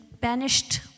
banished